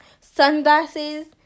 sunglasses